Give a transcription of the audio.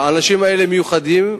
האנשים האלה מיוחדים,